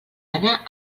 anna